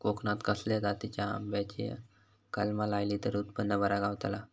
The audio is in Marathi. कोकणात खसल्या जातीच्या आंब्याची कलमा लायली तर उत्पन बरा गावताला?